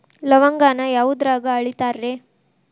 ಲವಂಗಾನ ಯಾವುದ್ರಾಗ ಅಳಿತಾರ್ ರೇ?